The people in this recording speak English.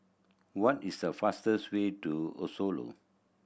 what is the fastest way to a Oslo